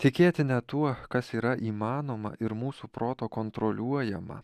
tikėti ne tuo kas yra įmanoma ir mūsų proto kontroliuojama